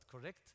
correct